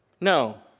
No